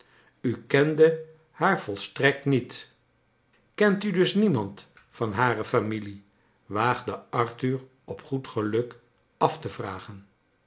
u kende haar volstrekt niet kent u dus niemand van hare familief waagde arthur op goed geluk af te vragen